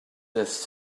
this